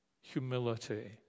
humility